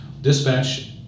dispatch